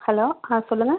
hello ஆன் சொல்லுங்கள்